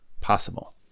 possible